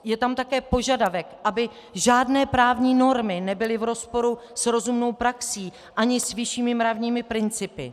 Je tam také požadavek, aby žádné právní normy nebyly v rozporu s rozumnou praxí ani s vyššími mravními principy.